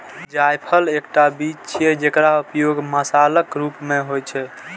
जायफल एकटा बीज छियै, जेकर उपयोग मसालाक रूप मे होइ छै